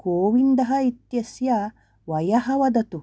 गोविन्दः इत्यस्य वयः वदतु